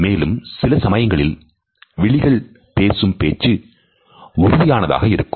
மேலும் சில சமயங்களில் விழிகள் பேசும் பேச்சு உறுதியானதாக இருக்கும்